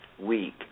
week